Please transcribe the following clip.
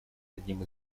одним